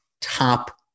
top